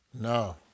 No